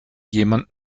jemand